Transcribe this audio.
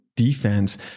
Defense